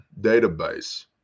database